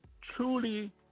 truly